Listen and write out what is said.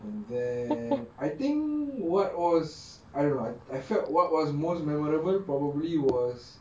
and then I think what was I I I felt what was most memorable probably was